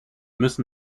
müssen